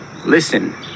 listen